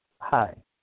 Hi